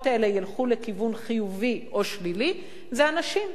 האלה ילכו לכיוון חיובי או שלילי זה הנשים,